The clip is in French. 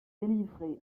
délivrés